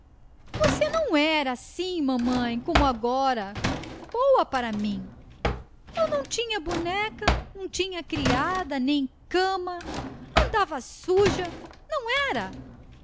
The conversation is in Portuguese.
você não era assim mamãe como agora boa para mim eu não tinha boneca não tiniia criadanem cama andava suja não era